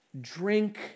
drink